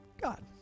God